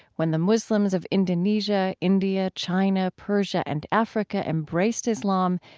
when the muslims of indonesia, india, china, persia, and africa embraced islam,